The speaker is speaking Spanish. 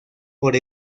por